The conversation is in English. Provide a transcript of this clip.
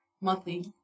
monthly